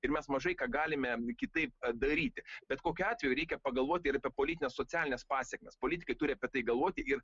ir mes mažai ką galime kitaip daryti bet kokiu atveju reikia pagalvoti ir apie politines socialines pasekmes politikai turi apie tai galvoti ir